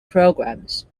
programs